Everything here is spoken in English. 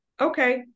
okay